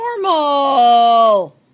normal